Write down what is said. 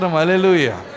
hallelujah